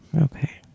Okay